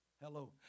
Hello